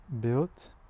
built